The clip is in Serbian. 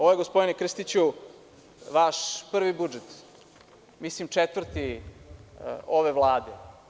Ovo je, gospodine Krstiću, vaš prvi budžet, četvrti ove Vlade.